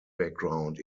background